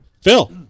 Phil